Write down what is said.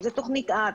אם זו תוכנית אב,